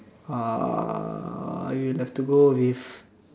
uh I will have to go with